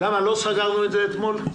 לא סגרנו את זה אתמול?